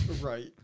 Right